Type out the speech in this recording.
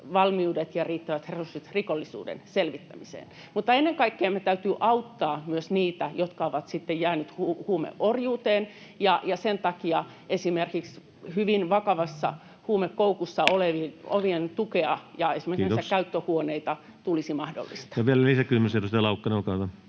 valmiudet ja riittävät resurssit rikollisuuden selvittämiseen. Mutta ennen kaikkea meidän täytyy auttaa myös niitä, jotka ovat sitten jääneet huumeorjuuteen, ja sen takia esimerkiksi hyvin vakavassa huumekoukussa olevien tukea ja esimerkiksi näitä käyttöhuoneita tulisi mahdollistaa. [Speech 112] Speaker: Ensimmäinen varapuhemies